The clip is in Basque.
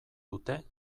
dute